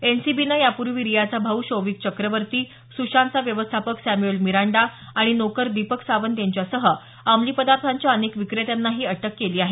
एनसीबीने यापूर्वी रियाचा भाऊ शौविक चक्रवर्ती सुशांतचा व्यवस्थापक सॅम्युअल मिरांडा आणि नोकर दीपक सावंत यांच्यासह अंमली पदार्थांच्या अनेक विक्रेत्यांनाही अटक केलेली आहे